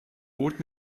bot